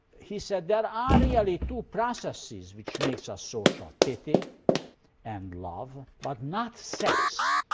he said there are really two processes which makes us social pity and love. but not sex.